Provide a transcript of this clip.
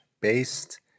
based